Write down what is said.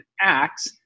acts